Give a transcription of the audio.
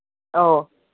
ꯑꯧ